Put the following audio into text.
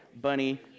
bunny